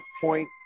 point